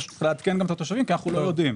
צריך לעדכן גם את התושבים כי אנחנו לא יודעים.